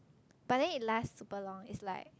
but then it lasts super long it's like